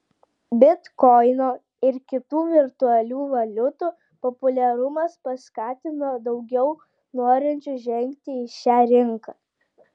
bitkoino ir kitų virtualių valiutų populiarumas paskatino daugiau norinčių žengti į šią rinką